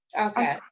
okay